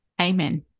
amen